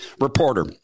reporter